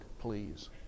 please